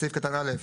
בסעיף קטן (א),